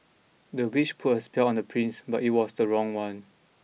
the witch put a spell on the prince but it was the wrong one